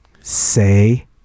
say